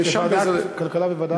ועדת הכלכלה וועדת,